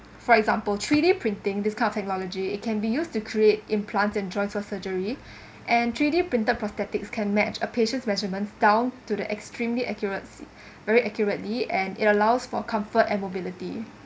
for example three D printing this kind of technology it can be used to create implants and drugs or surgery and three D printed prosthetics can match a patient's measurements down to the extremely accurate very accurately and it allows for comfort and mobility